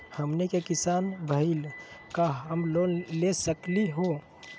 हमनी के किसान भईल, का हम लोन ले सकली हो?